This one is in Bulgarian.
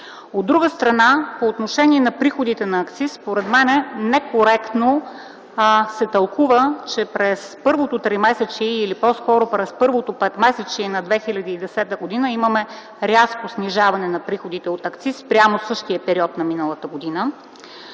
От друга страна, по отношение на приходите от акциз според мен некоректно се тълкува, че през първото петмесечие на 2010 г. имаме рязко снижаване на приходите от акциз спрямо същия период на миналата година.